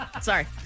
Sorry